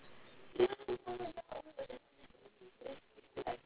then the answer is you make a plan in which they don't